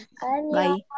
Bye